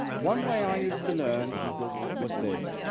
one way i used to learn was this